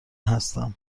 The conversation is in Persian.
هستم